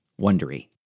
Wondery